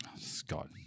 Scott